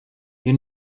you